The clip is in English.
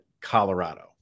Colorado